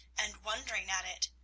and wondering at it.